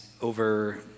over